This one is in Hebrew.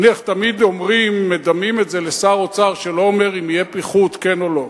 תמיד אומרים ומדמים את זה לשר אוצר שלא אומר אם יהיה פיחות כן או לא,